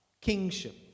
kingship